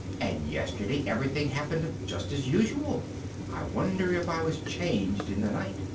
and yesterday everything happened just as usual i wonder if i was changed in the night?